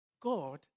God